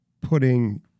putting